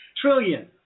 trillion